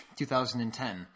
2010